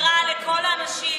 ותקרא לכל האנשים